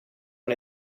una